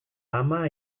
ama